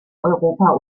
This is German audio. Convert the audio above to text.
europa